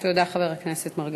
תודה, חבר הכנסת מרגלית.